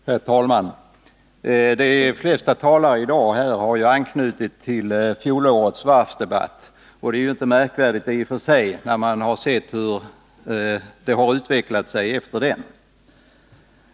Herr talman! De flesta talarna har här i dag anknutit till fjolårets varvsdebatt, och det är i och för sig inte märkvärdigt, när man har sett hur utvecklingen har varit sedan dess.